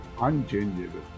unchangeable